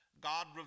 God